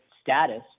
status